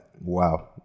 wow